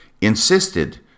insisted